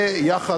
ויחד,